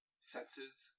senses